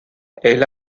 elle